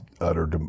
utter